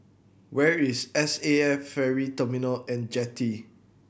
where is S A F Ferry Terminal And Jetty